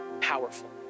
powerful